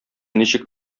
ничек